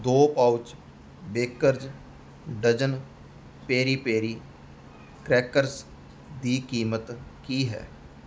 ਦੋ pouch bakers dozen peri peri crackers ਦੀ ਕੀਮਤ ਕੀ ਹੈ